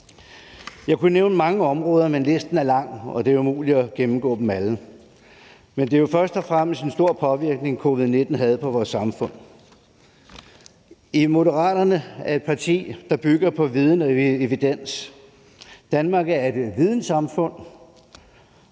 Jeg kunne nævne mange områder, men listen er lang, og det er umuligt at gennemgå dem alle. Men det var først og fremmest en stor påvirkning, covid-19 havde på vores samfund. Moderaterne er et parti, der bygger på viden og evidens. Danmark er et videnssamfund,